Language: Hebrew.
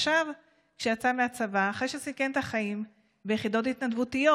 כשיצא מהצבא אחרי שסיכן את החיים ביחידות התנדבותיות,